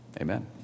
amen